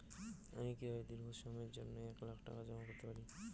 আমি কিভাবে দীর্ঘ সময়ের জন্য এক লাখ টাকা জমা করতে পারি?